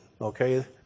okay